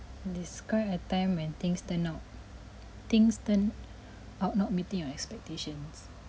describe a time when things turn out things turn out not meeting your expectations